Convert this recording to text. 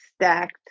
stacked